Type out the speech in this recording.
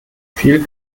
viel